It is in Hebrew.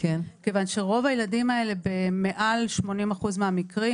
כיוון שרוב הילדים האלה במעל מ-80% מהמקרים